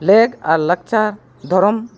ᱞᱮᱜᱽ ᱟᱨ ᱞᱟᱠᱪᱟᱨ ᱫᱷᱚᱨᱚᱢ